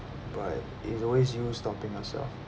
but it's always you stopping yourself